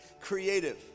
creative